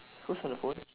who's on the phone